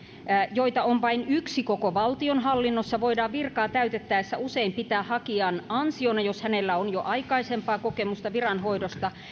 joita on vain yksi koko valtionhallinnossa voidaan virkaa täytettäessä usein pitää hakijan ansiona jos hänellä on jo aikaisempaa kokemusta viranhoidosta